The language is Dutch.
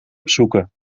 opzoeken